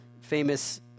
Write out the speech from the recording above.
famous